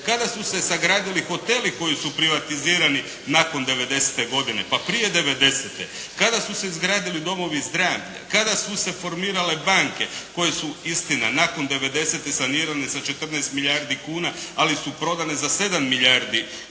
Kada su se sagradili hoteli koji su privatizirani nakon '90.-te godine? Pa prije '90.-te godine. Kada su se izgradili domovi zdravlja, kada su se formirale banke koje su istina nakon '90.-te sanirane sa 14 milijardi kuna, ali su prodane za 7 milijardi kuna.